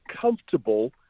comfortable